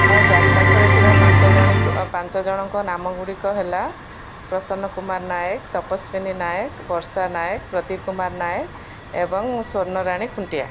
ମୋ ଚାରିପାଖରେ ଥିବା ପାଞ୍ଚ ଜଣ ପାଞ୍ଚ ଜଣଙ୍କ ନାମ ଗୁଡ଼ିକ ହେଲା ପ୍ରସନ୍ନ କୁମାର ନାୟକ ତପସ୍ୱିନୀ ନାୟକ ବର୍ଷା ନାୟକ ପ୍ରଦୀପ କୁମାର ନାୟକ ଏବଂ ସ୍ଵର୍ଣ୍ଣ ରାଣୀ ଖୁଣ୍ଟିଆ